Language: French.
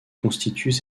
constituent